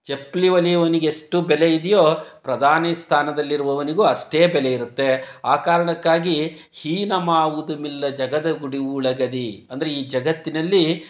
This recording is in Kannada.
ಚಪ್ಪಲಿ ಹೊಲಿಯುವವ್ನಿಗೆ ಎಷ್ಟು ಬೆಲೆ ಇದೆಯೋ ಪ್ರಧಾನಿ ಸ್ಥಾನದಲ್ಲಿರುವವನಿಗೂ ಅಷ್ಟೇ ಬೆಲೆ ಇರುತ್ತೆ ಆ ಕಾರಣಕ್ಕಾಗಿ ಹೀನಮಾವುದುಮಿಲ್ಲ ಜಗದ ಗುಡಿಯೂಳಗದಿ ಅಂದರೆ ಈ ಜಗತ್ತಿನಲ್ಲಿ